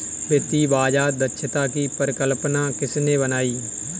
वित्तीय बाजार दक्षता की परिकल्पना किसने बनाई?